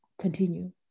continue